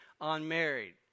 unmarried